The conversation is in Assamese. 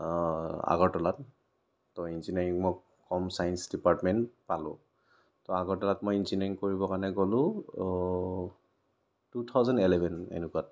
আগৰতলাত ইঞ্জিনীয়াৰিঙত হোম ছাইন্স ডিপাৰ্টমেণ্ট পালোঁ তৌ আগৰতলাত মই ইঞ্জিনীয়াৰিং কৰিব কাৰণে গ'লোঁ টু থাউজেণ্ড এলেভেন এনেকুৱাত